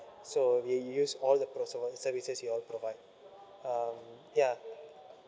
so we use all the services you all provide um ya